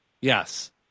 Yes